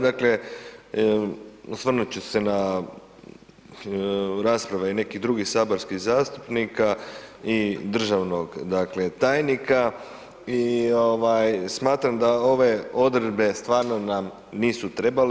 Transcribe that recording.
Dakle, osvrnut ću se na rasprave i nekih drugih saborskih zastupnika i državnog dakle tajnika i smatram da ove odredbe stvarno nam nisu trebale.